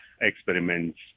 experiments